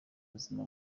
buzima